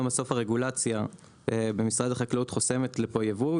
היום בסוף הרגולציה במשרד החקלאות חוסמת לפה ייבוא,